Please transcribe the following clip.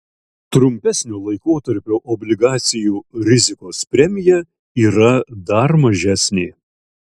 trumpesnio laikotarpio obligacijų rizikos premija yra dar mažesnė